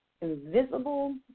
invisible